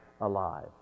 alive